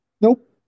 Nope